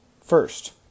First